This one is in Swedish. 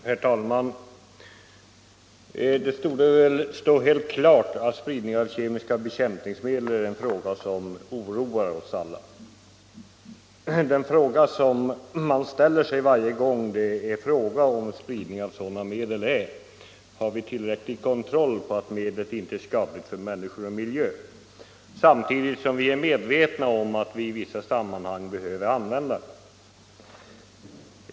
Herr talman! Det torde stå helt klart att spridning av kemiska bekämpningsmedel är något som oroar oss alla. Den fråga som man ställer sig varje gång det är tal om spridning av sådana medel är: Har vi tillräcklig kontroll på att medlet inte är skadligt för människor och miljö? Samtidigt är vi medvetna om att vi i vissa sammanhang behöver använda bekämpningsmedel.